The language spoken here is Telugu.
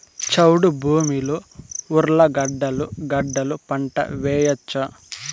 చౌడు భూమిలో ఉర్లగడ్డలు గడ్డలు పంట వేయచ్చా?